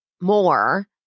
more